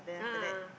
a'ah ah